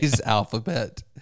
alphabet